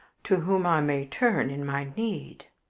to whom i may turn in my need.